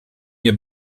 nie